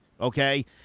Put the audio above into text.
okay